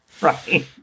right